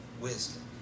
wisdom